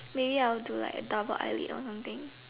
maybe I'll do like a double eyelid or something